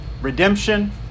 redemption